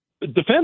defend